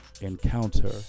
Encounter